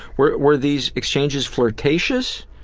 were were these exchanges flirtatious?